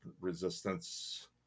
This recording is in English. resistance